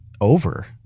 over